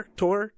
tour